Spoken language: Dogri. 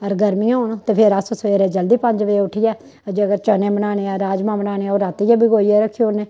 अगर गरमियां होन ते फिर अस सबैह्रे जल्दी पंज बजे उट्ठियै जेकर चने बनाने आं राजमांह् बनाने आं ओह् रातीं बिगोइयै रखी ओड़ने